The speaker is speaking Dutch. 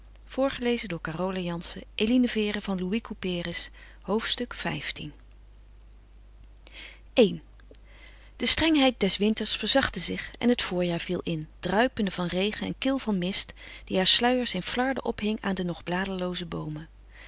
xv i de strengheid des winters verzachtte zich en het voorjaar viel in druipende van regen en kil van mist die haar sluiers in flarden ophing aan de nog bladerlooze boomen